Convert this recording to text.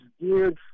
geared